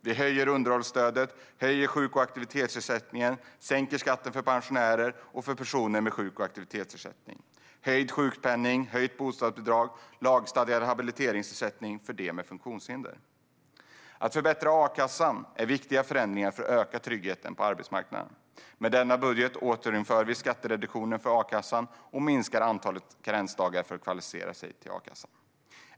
Vi höjer underhållsstödet, höjer sjuk och aktivitetsersättningen, sänker skatten för pensionärer och för personer med sjuk och aktivitetsersättning, höjer sjukpenningen, höjer bostadsbidraget och inför lagstadgad habiliteringsersättning för dem med funktionshinder. Att förbättra a-kassan är en viktig förändring för att öka tryggheten på arbetsmarknaden. Med denna budget återinför vi skattereduktionen för a-kassan och minskar antalet karensdagar för att kvalificera sig till a-kassan.